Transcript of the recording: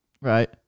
Right